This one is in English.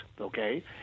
okay